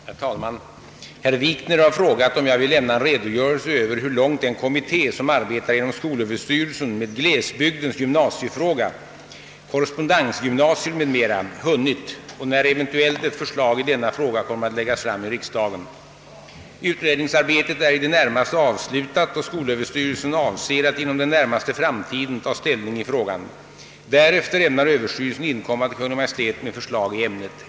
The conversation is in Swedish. Herr talman! Herr Wikner har frågat om jag vill lämna en redogörelse över hur långt den kommitté som arbetar inom skolöverstyrelsen med glesbygdens gymnasiefråga hunnit och när eventuellt ett förslag i denna fråga kommer att läggas fram i riksdagen. Utredningsarbetet är i det närmaste avslutat och skolöverstyrelsen avser att inom den närmaste framtiden ta ställning i frågan. Därefter ämnar överstyrelsen inkomma till Kungl. Maj:t med förslag i ämnet.